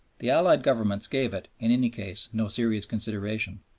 the allied governments gave it, in any case, no serious consideration,